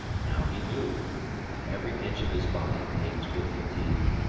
now he knew and every inch of his body ached with fatigue.